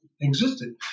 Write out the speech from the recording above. existed